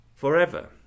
forever